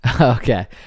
Okay